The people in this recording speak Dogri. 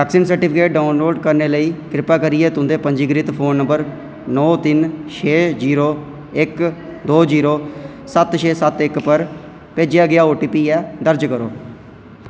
वैक्सीन सर्टिफिकेट डाउनलोड करने लेई कृपा करियै तुं'दे पंजीकृत फोन नंबर नौ तिन छे जीरो इक दो जीरो सत्त छे सत्त इक पर भेजेआ गेआ ओटीपी ऐ दर्ज करो